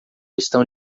estão